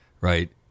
right